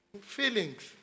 Feelings